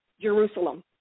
Jerusalem